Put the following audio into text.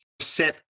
set